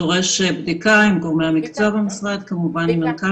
דורש בדיקה עם גורמי המקצוע במשרד וכמובן שעם מנכ"ל